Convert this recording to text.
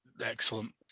Excellent